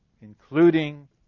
including